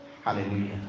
Hallelujah